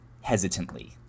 hesitantly